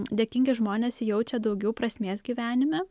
dėkingi žmonės jaučia daugiau prasmės gyvenime